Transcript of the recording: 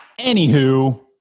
Anywho